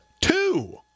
two